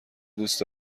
دوست